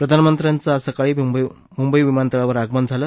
प्रधानमंत्र्यांचं आज सकाळी मुंबई विमानतळावर आगमन झालं